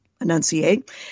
enunciate